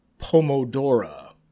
Pomodora